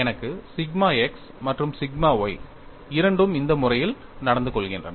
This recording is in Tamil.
எனக்கு சிக்மா x மற்றும் சிக்மா y இரண்டும் இந்த முறையில் நடந்து கொள்கின்றன